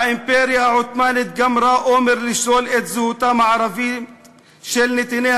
האימפריה העות'מאנית גמרה אומר לשלול את זהותם הערבית של נתיניה